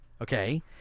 Okay